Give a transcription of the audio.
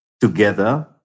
together